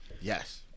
Yes